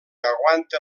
aguanta